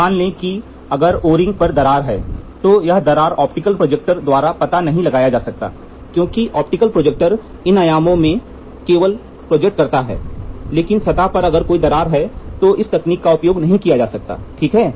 मान लें कि अगर ओ रिंग पर दरार है तो यह दरार ऑप्टिकल प्रोजेक्टर द्वारा पता नहीं लगाया जा सकता है क्योंकि ऑप्टिकल प्रोजेक्टर इन आयामों को केवल प्रोजेक्ट करता है लेकिन सतह पर अगर कोई दरार है तो इस तकनीक का उपयोग नहीं किया जा सकता है ठीक है